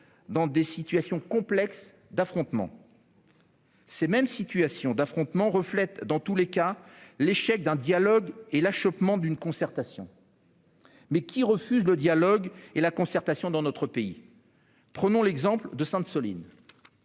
dans des situations complexes d'affrontement. Ces situations d'affrontement reflètent, dans tous les cas, l'échec d'un dialogue et l'achoppement d'une concertation. Pour autant, qui refuse le dialogue et la concertation dans notre pays ? Prenons l'exemple de Sainte-Soline.